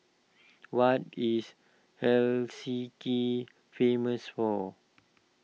what is Helsinki famous for